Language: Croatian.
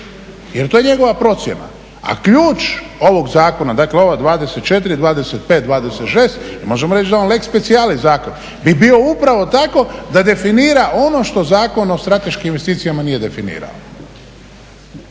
jer to je njegova procjena. A ključ ovog Zakona, dakle ova 24., 25., 26. mi možemo reći da je on lex specialis zakon bi bio upravo tako da definira ono što Zakon o strateškim investicijama nije definirao.